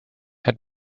had